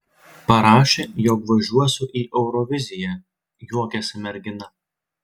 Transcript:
parašė jog važiuosiu į euroviziją juokėsi mergina